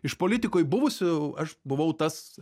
iš politikoj buvusių aš buvau tas